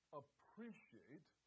appreciate